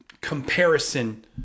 comparison